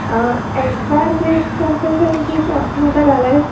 F I R place करे सघंदा आहियो मां था ॻाल्हायो